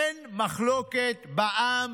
אין מחלוקת בעם,